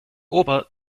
ober